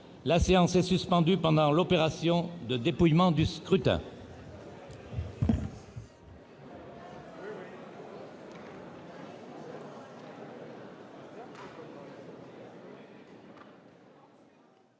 La séance est suspendue pendant l'opération de dépouillement du scrutin.